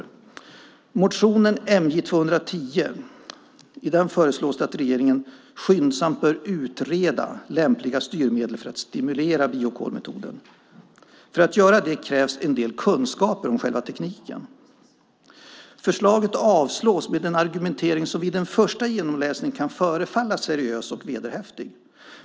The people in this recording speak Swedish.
I motion MJ210 föreslås att regeringen skyndsamt bör utreda lämpliga styrmedel för att stimulera biokolmetoden. För att göra det krävs en del kunskaper om själva tekniken. Förslaget avslås med en argumentation som vid en första genomläsning kan förefalla seriös och vederhäftig.